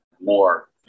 more